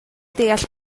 deall